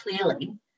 clearly